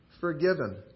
forgiven